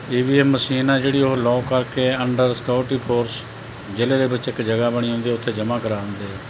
ਈ V M machine ਆ ਜਿਹੜੀ ਉਹ ਲੋਕ ਕਰਕੇ ਅੰਡਰ ਸਿਕਿਉਰਟੀ ਫੋਰਸ ਜ਼ਿਲ੍ਹੇ ਦੇ ਵਿੱਚ ਇੱਕ ਜਗ੍ਹਾ ਬਣੀ ਹੁੰਦੀ ਉੱਥੇ ਜਮਾਂ ਕਰਾ ਦਿੰਦੇ ਆ